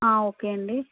okay అండీ